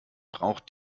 braucht